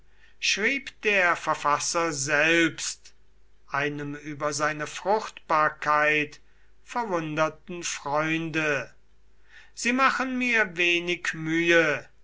schrieb der verfasser selbst einem über seine fruchtbarkeit verwunderten freunde sie machen mir wenig mühe